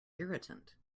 irritant